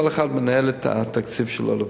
כל אחד מנהל את התקציב שלו לבד.